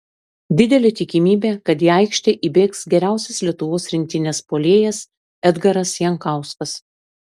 didelė tikimybė kad į aikštę įbėgs geriausias lietuvos rinktinės puolėjas edgaras jankauskas